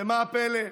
ומה הפלא?